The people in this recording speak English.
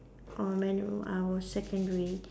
or when I was secondary